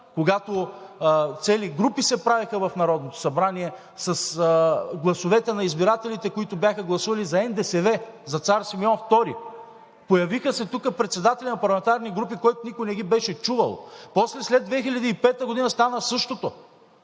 когато цели групи се правеха в Народното събрание с гласовете на избирателите, които бяха гласували за НДСВ – за Цар Симеон II. Появиха се тук председатели на парламентарни групи, които никой не ги беше чувал. После след 2005 г. стана същото.